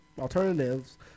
alternatives